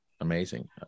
amazing